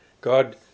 God